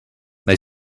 they